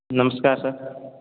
नमस्कार सर